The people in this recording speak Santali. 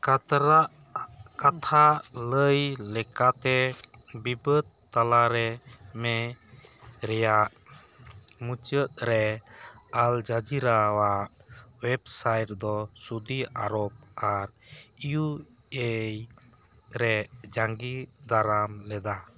ᱠᱟᱛᱟᱨᱼᱟᱜ ᱠᱟᱛᱷᱟ ᱞᱟᱹᱭ ᱞᱮᱠᱟᱛᱮ ᱵᱤᱵᱟᱹᱫ ᱛᱟᱞᱟᱨᱮ ᱢᱮ ᱨᱮᱭᱟᱜ ᱢᱩᱪᱟᱹᱫ ᱨᱮ ᱟᱞ ᱡᱟᱡᱤᱨᱟᱣ ᱟᱜ ᱳᱭᱮᱵᱥᱟᱭᱤᱴ ᱫᱚ ᱥᱳᱣᱫᱤ ᱟᱨᱚᱵ ᱟᱨ ᱤᱭᱩ ᱮᱭ ᱨᱮ ᱡᱟᱸᱜᱮ ᱫᱟᱨᱟᱢ ᱞᱮᱫᱟ